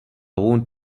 want